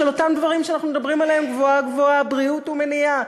של אותם דברים שאנחנו מדברים עליהם גבוהה-גבוהה: בריאות ומניעה.